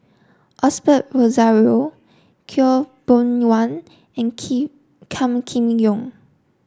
Osbert Rozario Khaw Boon Wan and Kee Kam Kee Yong